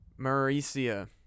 Mauricia